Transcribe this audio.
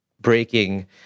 breaking